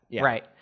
right